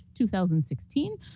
2016